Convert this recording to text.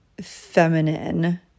feminine